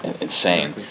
insane